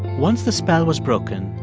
once the spell was broken,